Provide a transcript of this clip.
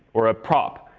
or a prop,